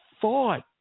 thought